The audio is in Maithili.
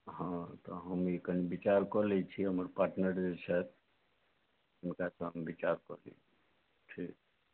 हँ तऽ हम ई कनी विचार कऽ लय छी हमर पार्टनर जे छथि हुनका से हम विचार कऽ लय छी ठीक